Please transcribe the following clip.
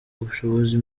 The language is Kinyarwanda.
ubushobozi